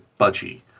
budgie